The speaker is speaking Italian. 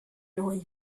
noi